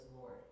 Lord